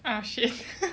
ah shit